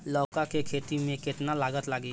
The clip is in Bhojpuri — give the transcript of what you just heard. लौका के खेती में केतना लागत लागी?